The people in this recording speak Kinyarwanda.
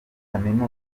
kaminuza